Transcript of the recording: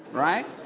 right?